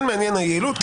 כן מעניין היעילות.